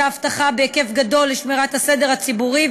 אבטחה בהיקף גדול לשמירת הסדר הציבורי,